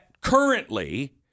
currently